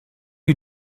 you